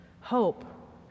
Hope